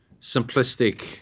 simplistic